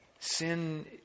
Sin